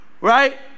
right